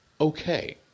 okay